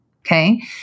okay